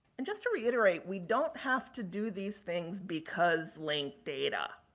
and, just to reiterate, we don't have to do these things because link data.